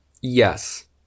Yes